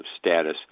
status